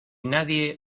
nadie